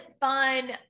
fun